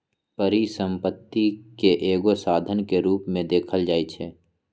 परिसम्पत्ति के एगो साधन के रूप में देखल जाइछइ